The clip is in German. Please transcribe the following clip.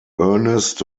ernest